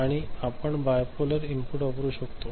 आणि आम्ही bipolar input वापरू शकतो